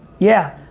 yeah,